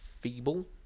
feeble